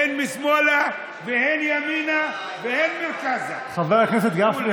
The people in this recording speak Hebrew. הן שמאלה והן ימינה והן מרכזה, כולם.